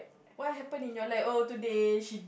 what happen in your life oh today she